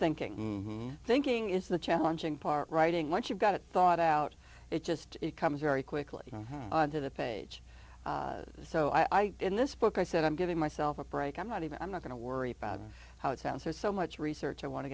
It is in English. thinking thinking is the challenging part writing once you've got a thought out it just it comes very quickly on to the page so i did in this book i said i'm giving myself a break i'm not even i'm not going to worry about how it sounds there's so much research i want to